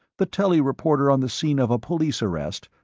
the telly reporter on the scene of a police arrest,